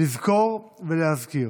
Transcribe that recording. לזכור ולהזכיר.